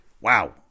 Wow